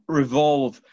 revolve